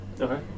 Okay